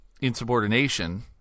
insubordination